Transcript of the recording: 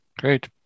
great